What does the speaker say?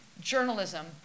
Journalism